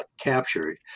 Captured